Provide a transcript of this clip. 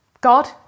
God